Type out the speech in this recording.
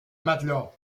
matelas